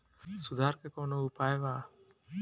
सुधार के कौनोउपाय वा?